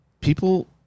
people